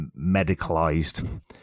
medicalized